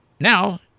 now